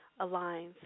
aligns